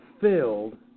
filled